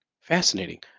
Fascinating